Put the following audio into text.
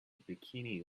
bikini